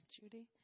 Judy